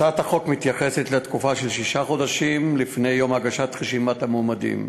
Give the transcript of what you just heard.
הצעת החוק מתייחסת לתקופה של שישה חודשים לפני יום הגשת רשימת המועמדים.